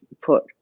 put